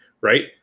right